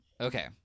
okay